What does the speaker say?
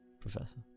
Professor